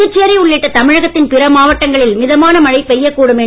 புதுச்சேரி உள்ளிட்ட தமிழகத்தின் பிற மாவட்டங்களில் மிதமான மழை பெய்யக் கூடும் என்று கூறி உள்ளது